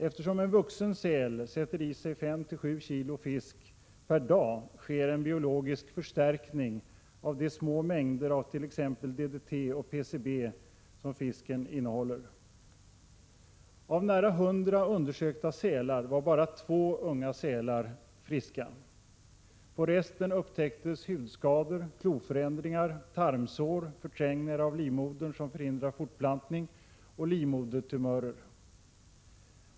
Eftersom en vuxen säl sätter i sig 5—7 kg fisk per dag sker en biologisk förstärkning av de små mängder av t.ex. DDT och PCB som fisken innehåller. Av nära 100 undersökta sälar var bara två unga djur friska. På resten upptäcktes hudskador, kloförändringar, tarmsår och förträngningar av livmodern, som förhindrar fortplantning, samt livmodertumörer.